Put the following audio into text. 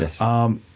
Yes